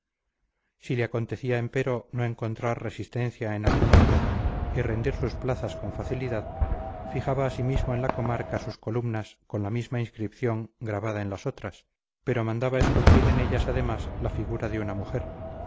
si le acontecía empero no encontrar resistencia en algún otro y rendir sus plazas con facilidad fijaba asimismo en la comarca sus columnas con la misma inscripción grabada en las otras pero mandaba esculpir en ellas además la figura de una mujer